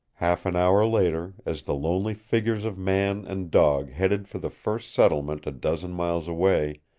half an hour later, as the lonely figures of man and dog headed for the first settlement a dozen miles away,